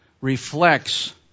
reflects